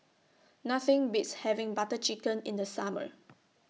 Nothing Beats having Butter Chicken in The Summer